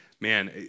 Man